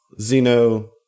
Zeno